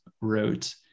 wrote